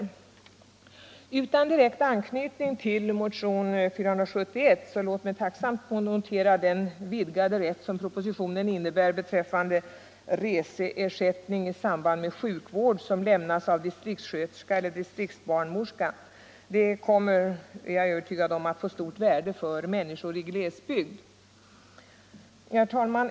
Låt mig utan direkt anknytning till motionen 471 tacksamt notera den vidgade rätt som propositionen innebär beträffande reseersättning i samband med sjukvård som lämnas av distriktssköterska eller distriktsbarnmorska. Jag är övertygad om att den kommer att få stort värde för människor i glesbygd. Herr talman!